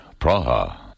Praha